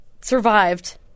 survived